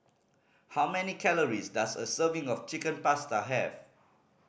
how many calories does a serving of Chicken Pasta have